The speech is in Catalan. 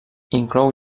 inclou